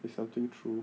it's something true